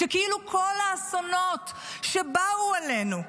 שכאילו כל האסונות שבאו עלינו,